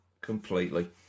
Completely